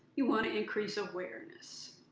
you want to increase awareness.